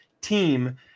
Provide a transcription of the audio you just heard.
team